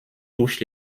touche